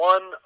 One